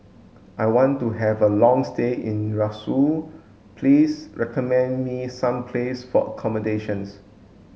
I want to have a long stay in Roseau please recommend me some places for accommodation